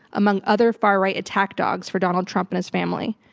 among other far-right attack dogs for donald trump and his family.